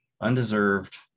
undeserved